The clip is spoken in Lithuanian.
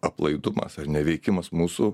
aplaidumas ar neveikimas mūsų